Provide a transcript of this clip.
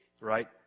right